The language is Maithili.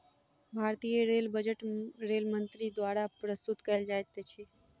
भारतीय रेल बजट रेल मंत्री द्वारा प्रस्तुत कयल जाइत अछि